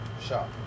Shop